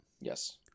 Yes